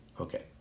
Okay